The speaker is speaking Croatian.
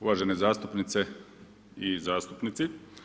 Uvažene zastupnice i zastupnici.